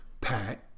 Pat